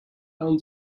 down